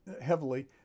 heavily